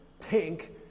tank